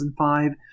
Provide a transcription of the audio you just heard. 2005